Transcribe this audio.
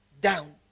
down